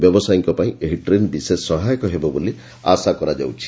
ବ୍ୟବସାୟୀଙ୍କ ପାଇଁ ଏହି ଟ୍ରେନ୍ ବିଶେଷ ସହାୟକ ହେବ ବୋଲି ଆଶା କରାଯାଉଛି